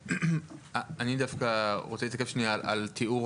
אני דווקא רוצה להתעכב שנייה על תיאור